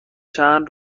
چند